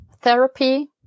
therapy